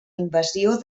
invasió